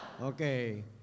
Okay